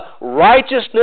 righteousness